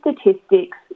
statistics